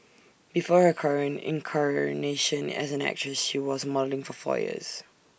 before her current incarnation as an actress she was modelling for four years